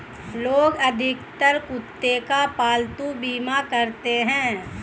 लोग अधिकतर कुत्ते का पालतू बीमा कराते हैं